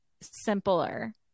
simpler